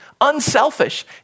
unselfish